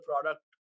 product